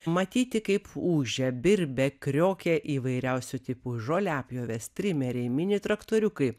matyti kaip ūžia birbia kriokia įvairiausių tipų žoliapjovės trimeriai mini traktoriukai